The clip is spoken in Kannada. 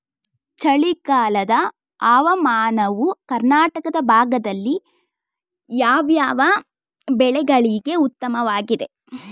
ಚಳಿಗಾಲದ ಹವಾಮಾನವು ಕರ್ನಾಟಕದ ಭಾಗದಲ್ಲಿ ಯಾವ್ಯಾವ ಬೆಳೆಗಳಿಗೆ ಉತ್ತಮವಾಗಿದೆ?